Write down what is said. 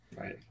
Right